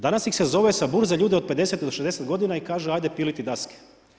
Danas ih se zove sa burze ljude od 50 ili 60 godina i kaže ajde piliti daske.